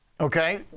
Okay